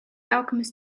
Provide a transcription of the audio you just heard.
alchemist